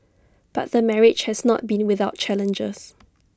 but the marriage has not been without challenges